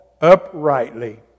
uprightly